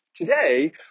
today